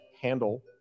handle